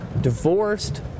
divorced